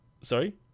Sorry